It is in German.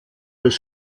des